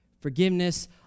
Forgiveness